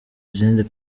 izindi